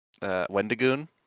Wendigoon